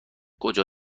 کجا